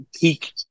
peak